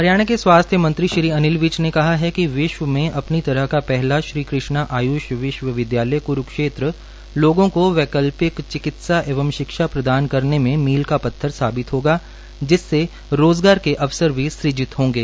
हरियाणा के स्वास्थ्य मंत्री श्री अनिल विज ने कहा है कि विश्व में अपनी तरह का पहला श्रीकृष्णा आय्ष विश्वविद्यालय क्रुक्षेत्र लोगों को वैकल्पिक चिकित्सा एवं शिक्षा प्रदान करने में मील का पत्थर साबित होगा जिससे रोजगार के अवसर भी सुजित होंगे